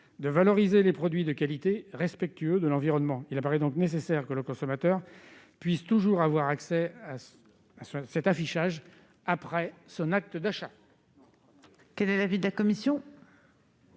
de valoriser les produits de qualité respectueux de l'environnement. Il paraît donc nécessaire que le consommateur puisse continuer d'avoir accès à cet affichage une fois passé l'acte d'achat. Quel est l'avis de la commission ?